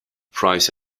price